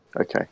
Okay